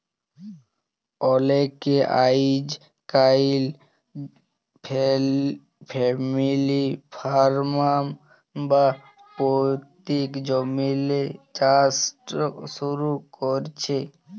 অলেকে আইজকাইল family farm বা পৈত্তিক জমিল্লে চাষট শুরু ক্যরছে